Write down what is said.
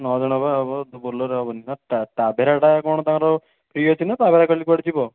ନ'ଜଣ Bolero ହେବନି ଟ୍ରାଭେରାଟା କ'ଣ ତାଙ୍କର ଫ୍ରି ଅଛି ନା ଟ୍ରାଭେରା କାଲି କୁଆଡ଼େ ଯିବ